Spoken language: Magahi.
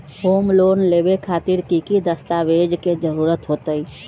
होम लोन लेबे खातिर की की दस्तावेज के जरूरत होतई?